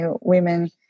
women